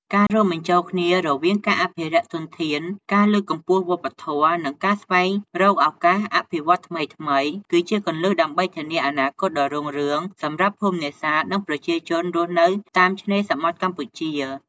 ការរួមបញ្ចូលគ្នារវាងការអភិរក្សធនធាន ការលើកកម្ពស់វប្បធម៌ និងការស្វែងរកឱកាសអភិវឌ្ឍន៍ថ្មីៗ គឺជាគន្លឹះដើម្បីធានាអនាគតដ៏រុងរឿងសម្រាប់ភូមិនេសាទ និងប្រជាជនរស់នៅតាមឆ្នេរសមុទ្រកម្ពុជា។